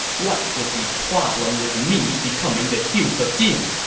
what would be the problem with me becoming the duke of jin?